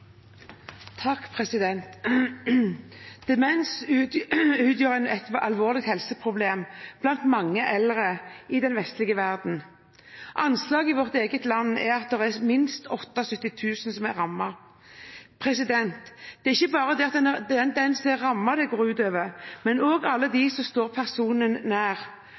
Demens utgjør et alvorlig helseproblem blant mange eldre i den vestlige verden. Anslaget i vårt eget land er at minst 78 000 er rammet. Det er ikke bare den som er rammet, det går ut over, men også alle dem som står personen